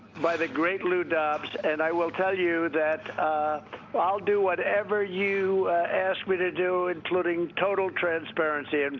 by the great lou dobbs. and i will tell you that i'll do whatever you ask me to do including total transparency. and